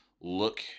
look